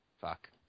Fuck